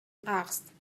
asked